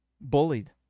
bullied